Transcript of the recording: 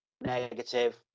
negative